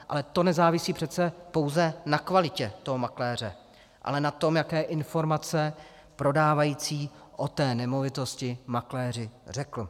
Ale to nezávisí přece pouze na kvalitě toho makléře, ale na tom, jaké informace prodávající o té nemovitosti makléři řekl.